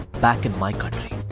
back in my country